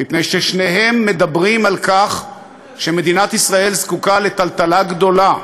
מפני ששניהם מדברים על כך שמדינת ישראל זקוקה לטלטלה גדולה,